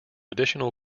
additional